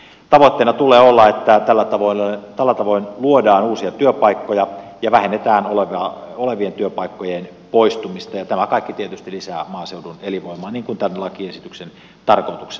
tavoitteena tulee olla että tällä tavoin luodaan uusia työpaikkoja ja vähennetään olemassa olevien työpaikkojen poistumista ja tämä kaikki tietysti lisää maaseudun elinvoimaa niin kuin tämän lakiesityksen tarkoituksena on